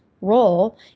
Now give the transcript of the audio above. role